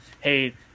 hey